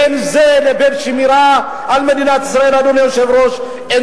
בין זה לבין שמירה על מדינת ישראל אין שום-כלום.